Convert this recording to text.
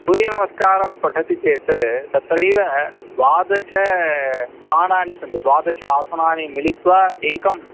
सूर्यनमस्कारं पठति चेत् तत्रैव द्वादश स्थानानि सन्ति द्वादश आसनानि मिलित्वा एकम्